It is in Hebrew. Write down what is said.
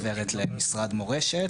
עוברת למשרד מורשת,